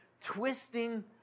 twisting